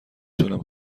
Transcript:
تونم